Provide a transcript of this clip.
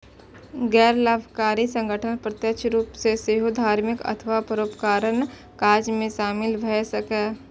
गैर लाभकारी संगठन प्रत्यक्ष रूप सं सेहो धार्मिक अथवा परोपकारक काज मे शामिल भए सकैए